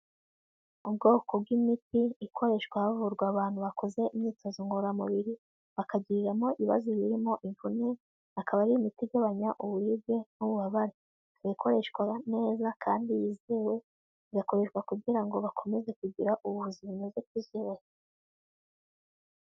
Ubwoko bw'imiti ikoreshwa havurwa abantu bakoze imyitozo ngororamubiri bakagiriramo ibibazo birimo imvune. Akaba ari imiti igabanya uburibwe n'ububabare. Ikaba ikoreshwa neza kandi yizewe, igakoreshwa kugira ngo bakomeze kugira ubuvuzi bwiza bwizewe.